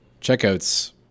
checkouts